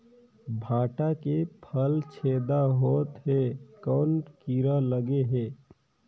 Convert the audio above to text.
भांटा के फल छेदा होत हे कौन कीरा लगे हे?